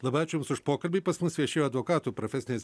labai ačiū jums už pokalbį pas mus viešėjo advokatų profesinės